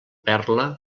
perla